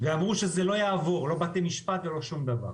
ואמרו שזה לא יעבור לא בתי המשפט ולא שום דבר.